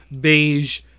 beige